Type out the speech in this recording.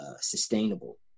sustainable